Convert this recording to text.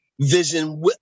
vision